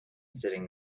sitting